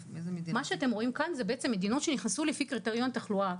שאתם רואים כאן זה בעצם מדינות שנכנסו לפי קריטריון תחלואה.